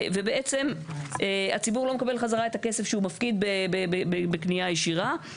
ובעצם הציבור לא מקבל חזרה את הכסף שהוא מפקיד בקנייה ישירה.